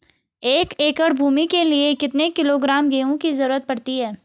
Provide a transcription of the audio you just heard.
एक एकड़ भूमि के लिए कितने किलोग्राम गेहूँ की जरूरत पड़ती है?